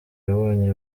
yabonye